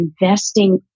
investing